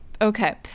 Okay